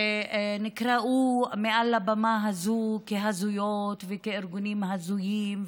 שנקראו מעל הבמה הזאת "הזויות" ו"ארגונים הזויים",